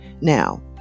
Now